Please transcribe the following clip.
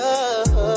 Love